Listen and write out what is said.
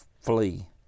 flee